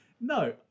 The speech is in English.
No